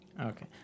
Okay